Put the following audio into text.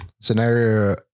Scenario